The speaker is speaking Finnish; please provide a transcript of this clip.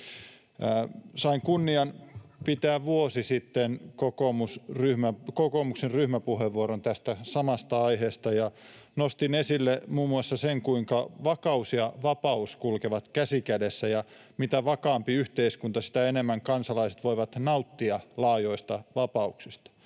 Sain kunnian pitää vuosi sitten kokoomuksen ryhmäpuheenvuoron tästä samasta aiheesta ja nostin esille muun muassa sen, kuinka vakaus ja vapaus kulkevat käsi kädessä, ja mitä vakaampi yhteiskunta, sitä enemmän kansalaiset voivat nauttia laajoista vapauksista.